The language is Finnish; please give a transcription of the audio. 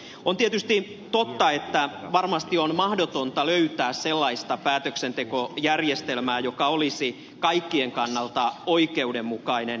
on tietysti totta että varmasti on mahdotonta löytää sellaista päätöksentekojärjestelmää joka olisi kaikkien kannalta oikeudenmukainen